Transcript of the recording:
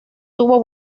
tuvo